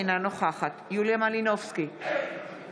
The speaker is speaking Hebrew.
אינה נוכחת יוליה מלינובסקי,